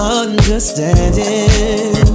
understanding